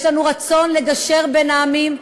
יש לנו רצון לגשר בין העמים,